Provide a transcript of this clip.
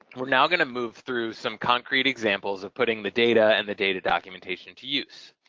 we're now going to move through some concrete examples of putting the data and the data documentation to use.